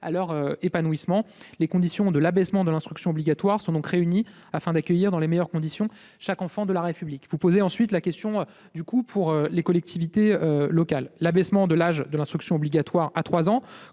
à leur épanouissement. Les conditions de l'abaissement de l'âge de l'instruction obligatoire sont donc réunies afin d'accueillir, dans les meilleures conditions, chaque enfant de la République. Vous posez également la question du coût pour les collectivités locales. L'abaissement de l'âge de l'instruction obligatoire à 3 ans